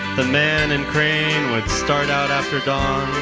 the man and crane start out after dawn.